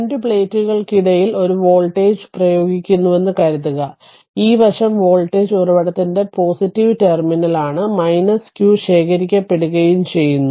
രണ്ട് പ്ലേറ്റുകൾക്കിടയിൽ ഒരു വോൾട്ടേജ് പ്രയോഗിക്കുന്നുവെന്ന് കരുതുക ഈ വശം വോൾട്ടേജ് ഉറവിടത്തിന്റെ ടെർമിനലാണ് q ശേഖരിക്കപ്പെടുകയും ചെയ്യുന്നു